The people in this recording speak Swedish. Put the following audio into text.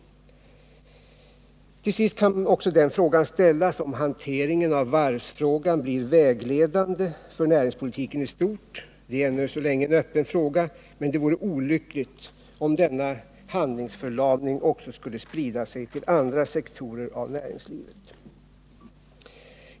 Till sist kan också den frågan ställas om hanteringen av varvsfrågan blir vägledande för näringspolitiken i stort. Det är ännu så länge en öppen fråga, men det vore olyckligt om denna handlingsförlamning också skulle sprida sig till andra sektorer i näringslivet.